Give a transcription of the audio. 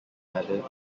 added